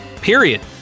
period